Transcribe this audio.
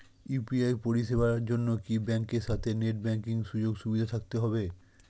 UPI পরিষেবার জন্য কি ব্যাংকের সাথে নেট ব্যাঙ্কিং সুযোগ সুবিধা থাকতে হবে?